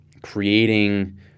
Creating